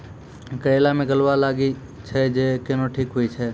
करेला मे गलवा लागी जे छ कैनो ठीक हुई छै?